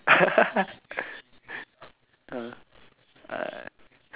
uh I